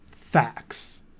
facts